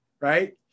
right